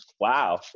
Wow